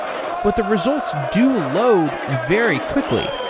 but the results do load very quickly.